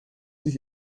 sich